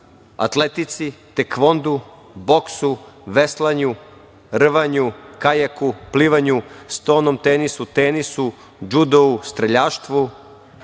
atletici, tekvondu, boksu, veslanju, rvanju, kajaku, plivanju, stonom tenisu, tenisu, džudou, streljaštvu,